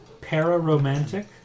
Pararomantic